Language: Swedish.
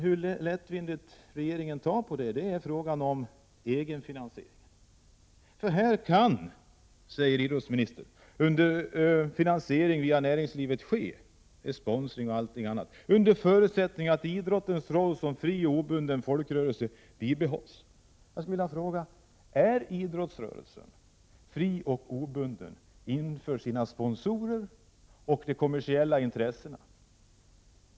Hur lättvindigt regeringen tar på detta framgår, tycker jag, när det gäller egenfinansieringen. Så här kan, säger idrottsministern, finansiering via näringslivet ske — med sponsring osv. — under förutsättning att idrottens roll som fri och obunden folkrörelse bibehålls. Jag vill fråga: Är idrottsrörelsen fri och obunden inför sina sponsorer och de kommersiella intressena?